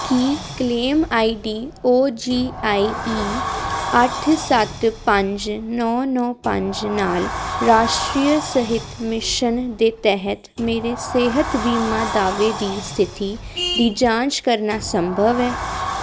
Ki claim I D O G I E ਅੱਠ ਸੱਤ ਪੰਜ ਨੌ ਨੌ ਪੰਜ ਨਾਲ ਰਾਸ਼ਟਰੀਯ ਸਿਹਤ ਮਿਸ਼ਨ ਦੇ ਤਹਿਤ ਮੇਰੇ ਸਿਹਤ ਬੀਮਾ ਦਾਅਵੇ ਦੀ ਸਥਿਤੀ ਦੀ ਜਾਂਚ ਕਰਨਾ ਸੰਭਵ ਹੈ